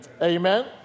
Amen